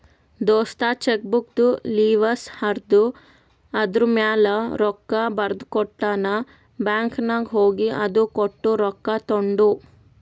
ದೋಸ್ತ ಚೆಕ್ಬುಕ್ದು ಲಿವಸ್ ಹರ್ದು ಅದೂರ್ಮ್ಯಾಲ ರೊಕ್ಕಾ ಬರ್ದಕೊಟ್ಟ ನಾ ಬ್ಯಾಂಕ್ ನಾಗ್ ಹೋಗಿ ಅದು ಕೊಟ್ಟು ರೊಕ್ಕಾ ತೊಂಡು